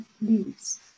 leaves